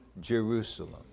Jerusalem